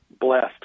blessed